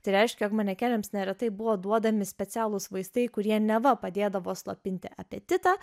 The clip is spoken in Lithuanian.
tai reiškia jog manekenėms neretai buvo duodami specialūs vaistai kurie neva padėdavo slopinti apetitą